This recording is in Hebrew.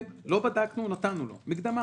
לא בדקנו, נתנו לו מקדמה